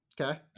okay